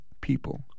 people